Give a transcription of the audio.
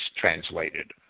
translated